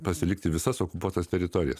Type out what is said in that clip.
pasilikti visas okupuotas teritorijas